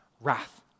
wrath